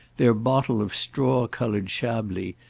their bottle of straw-coloured chablis,